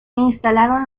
instalaron